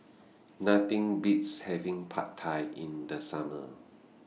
Nothing Beats having Pad Thai in The Summer